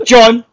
John